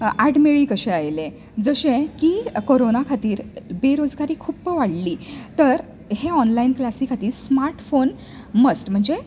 आडमेळी कशें आयलें जशें की कोरोना खातीर बेरोजगारी खूब वाडली तर हे ऑनलाइन क्लासी खातीर स्मार्ट फाेन मस्ट म्हणजे